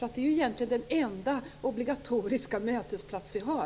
Det är ju egentligen den enda obligatoriska mötesplats vi har.